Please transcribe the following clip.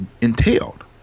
entailed